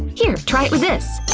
here, try it with this.